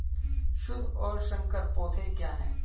शुद्ध और संकर पौधे क्या हैं?